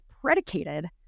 predicated